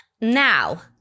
Now